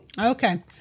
Okay